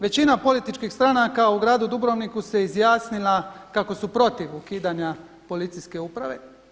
Većina političkih stranaka u gradu Dubrovniku se izjasnila kako su protiv ukidanja policijske uprave.